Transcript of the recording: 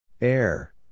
Air